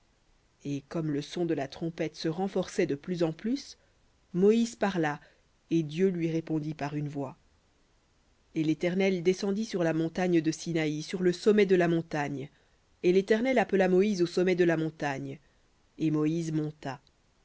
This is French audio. et comme le son de la trompette se renforçait de plus en plus moïse parla et dieu lui répondit par une voix v et l'éternel descendit sur la montagne de sinaï sur le sommet de la montagne et l'éternel appela moïse au sommet de la montagne et moïse monta